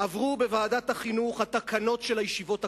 עברו בוועדת החינוך התקנות של הישיבות הקטנות.